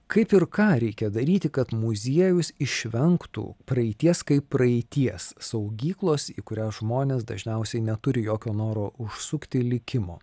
kaip ir ką reikia daryti kad muziejus išvengtų praeities kaip praeities saugyklos į kurią žmonės dažniausiai neturi jokio noro užsukti likimo